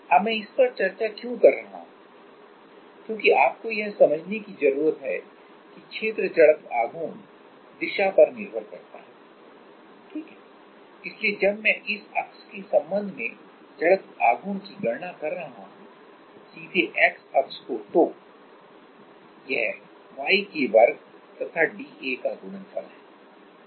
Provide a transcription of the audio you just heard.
अब मैं इस पर चर्चा क्यों कर रहा हूं क्योंकि आपको यह समझने की जरूरत है कि एरिया मोमेंट आफ इनर्टिया दिशा पर निर्भर करता है ठीक है इसलिए जब मैं इस अक्ष के संबंध में मोमेंट आफ इनर्टिया की गणना कर रहा हूं सीधे X अक्ष को तो यह y के वर्ग तथा d A का गुणनफल है